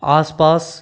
आस पास